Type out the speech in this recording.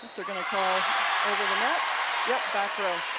they're going to call over the net yet